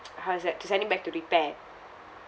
how is that to send it back to repair